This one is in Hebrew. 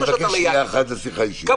אנחנו